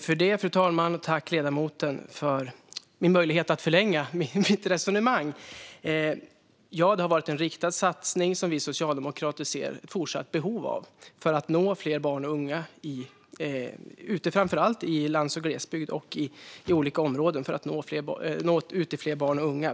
Fru talman! Tack, ledamoten för denna möjlighet att förlänga mitt resonemang! Ja, det var varit en riktad satsning som vi socialdemokrater ser ett fortsatt behov av för att nå ut till fler barn och unga i framför allt lands och glesbygd.